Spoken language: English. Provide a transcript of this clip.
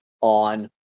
on